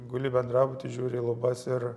guli bendrauty žiūri į lubas ir